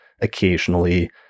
occasionally